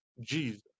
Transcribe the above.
Jesus